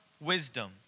wisdom